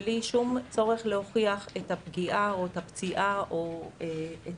בלי שום צורך להוכיח את הפגיעה או את הפציעה או את